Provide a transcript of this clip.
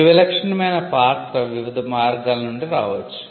ఈ విలక్షణమైన పాత్ర వివిధ మార్గాల నుండి రావచ్చు